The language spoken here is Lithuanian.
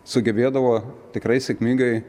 sugebėdavo tikrai sėkmingai